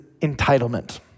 entitlement